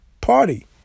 party